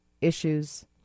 issues